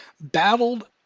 battled